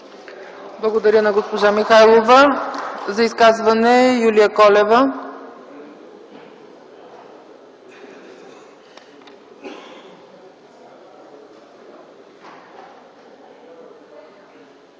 Благодаря на госпожа Михайлова. За изказване – Юлиана Колева.